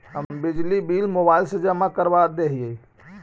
हम बिजली bill mobile से जमा करवा देहियै?